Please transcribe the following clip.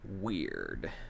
weird